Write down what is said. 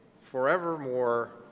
forevermore